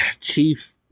chief